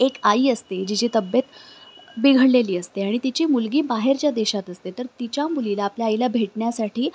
एक आई असते जिची तब्बेत बिघडलेली असते आणि तिची मुलगी बाहेरच्या देशात असते तर तिच्या मुलीला आपल्या आईला भेटण्यासाठी